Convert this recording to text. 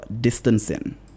distancing